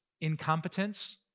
incompetence